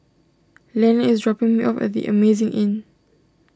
Lenny is dropping me off at the Amazing Inn